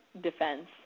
defense